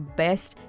best